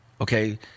Okay